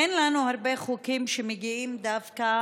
אין לנו הרבה חוקים שמגיעים דווקא